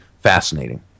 fascinating